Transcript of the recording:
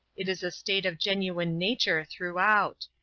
it is a state of genuine nature throughout.